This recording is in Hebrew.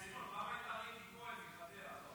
סימון, פעם הייתה ריקי כהן מחדרה.